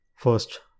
first